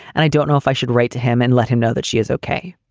and i don't know if i should write to him and let him know that she is okay.